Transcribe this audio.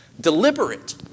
Deliberate